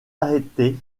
arrêté